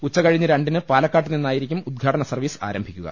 ഉച്ചകഴിഞ്ഞ് രണ്ടിന് പാലക്കാട്ട്നിന്നായിരിക്കും ഉദ്ഘാടന സർവ്വീസ് ആരം ഭിക്കുക